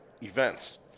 events